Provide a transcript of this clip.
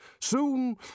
Soon